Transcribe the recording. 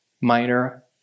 minor